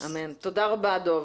תודה רבה, דב.